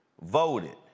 voted